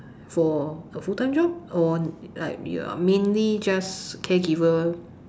for a full time job or like you're mainly just like caregiver